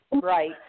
right